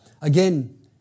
Again